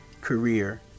career